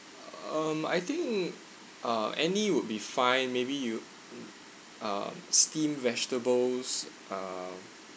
um I think uh any would be fine maybe you uh steamed vegetables uh